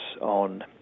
on